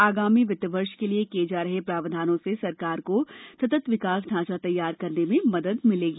आगामी वित्तवर्ष के लिए किये जा रहे प्रावधानों से सरकार को सतत विकास ढांचा तैया करने में मदद मिलेगी